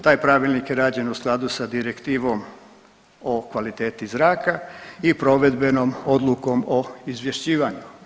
Taj pravilnik je rađen u skladu sa direktivom o kvaliteti zraka i provedbenom odlukom o izvješćivanju.